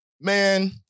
Man